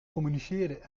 communiceren